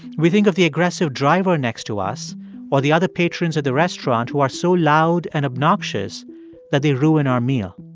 we think of the aggressive driver next to us or the other patrons at the restaurant who are so loud and obnoxious that they ruin our meal.